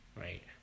right